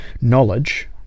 Knowledge